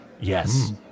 Yes